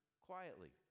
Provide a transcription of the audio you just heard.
quietly